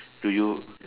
do you